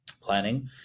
planning